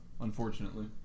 unfortunately